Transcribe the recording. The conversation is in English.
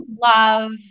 love